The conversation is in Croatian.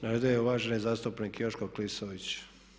Na redu je uvaženi zastupnik Joško Klisović.